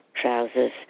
trousers